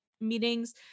meetings